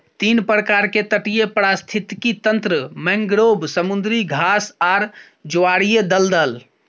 तीन प्रकार के तटीय पारिस्थितिक तंत्र मैंग्रोव, समुद्री घास आर ज्वारीय दलदल